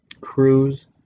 cruise